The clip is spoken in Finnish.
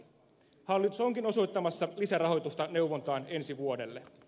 hallitus onkin osoittamassa lisärahoitusta neuvontaan ensi vuodelle